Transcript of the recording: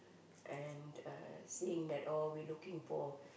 and uh saying that oh we looking for